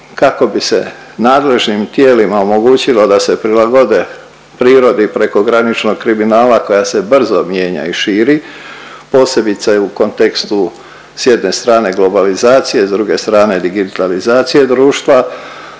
kako bi se nadležnim tijelima omogućilo da se prilagode prirodi prekograničnog kriminala koja se brzo mijenja i širi, posebice u kontekstu s jedne strane globalizacije, s druge strane digitalizacije društva.